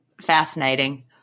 Fascinating